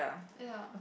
ya